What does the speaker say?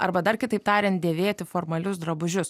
arba dar kitaip tariant dėvėti formalius drabužius